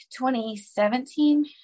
2017